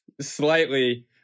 Slightly